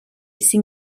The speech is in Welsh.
sydd